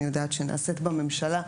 אני יודעת שנעשית בממשלה,